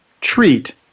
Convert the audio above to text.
treat